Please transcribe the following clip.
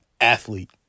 athlete